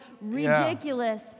ridiculous